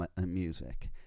music